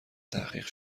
تحقیق